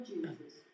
Jesus